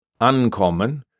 ankommen –